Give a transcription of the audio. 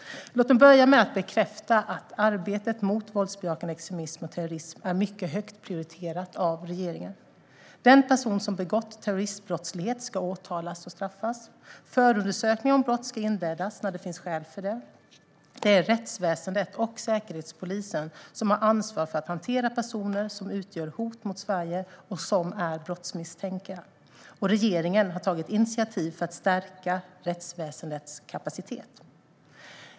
Låt mig börja med att bekräfta att arbetet mot våldsbejakande extremism och terrorism är mycket högt prioriterat av regeringen. Den person som begått terroristbrott ska åtalas och straffas. Förundersökning om brott ska inledas när det finns skäl för det. Det är rättsväsendet och Säkerhetspolisen som har ansvar för att hantera personer som utgör hot mot Sverige och som är brottsmisstänkta, och regeringen har tagit initiativ för att stärka rättsväsendets kapacitet.